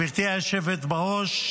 גברתי היושבת בראש,